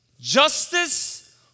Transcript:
justice